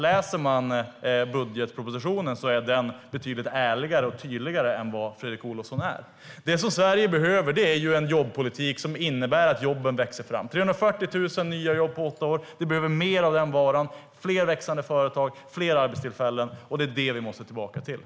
Läser man budgetpropositionen ser man att den är betydligt ärligare och tydligare än vad Fredrik Olovsson är. Det Sverige behöver är en jobbpolitik som innebär att jobben växer fram. Det tillkom 340 000 nya jobb på åtta år. Vi behöver mer av den varan. Vi behöver fler växande företag och fler arbetstillfällen. Det är vad vi måste tillbaka till.